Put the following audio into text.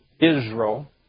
Israel